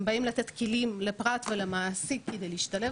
הם באים לתת כלים לפרט ולמעסיק כדי להשתלב